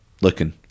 looking